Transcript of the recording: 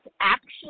action